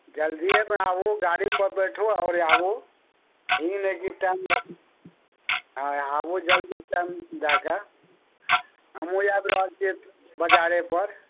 जल्दीयेमे आबू गाड़ीपर बैठू आओर आबू ई नहि कि टाइम लए हँ आबू जल्दी टाइम दए कऽ हमहूँ आबि रहल छियै बजारेपर